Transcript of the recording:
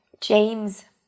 James